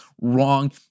wrong